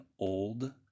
old